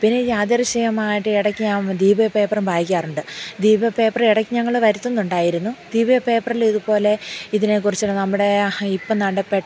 പിന്നെ യാദൃഷ്ചികമായിട്ട് ഇടയ്ക്ക് ഞാൻ ദീപിക പേപ്പറും വായിക്കാറുണ്ട് ദീപിക പേപ്പർ ഇടയ്ക്ക് ഞങ്ങൾ വരുത്തുന്നുണ്ടായിരുന്നു ദീപിക പേപ്പറിൽ ഇതുപോലെ ഇതിനെക്കുറിച്ചു നമ്മുടെ ഇപ്പം നടന്ന പെട്ടെന്ന്